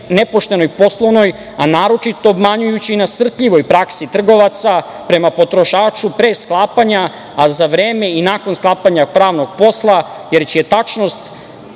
nepoštenoj poslovnoj, a naročito obmanjujućoj i nasrtljivoj praksi trgovaca prema potrošaču pre sklapanja, a za vreme i nakon sklapanja pravnog posla, jer će teret